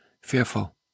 fearful